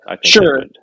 Sure